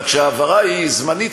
אלא שההעברה היא זמנית,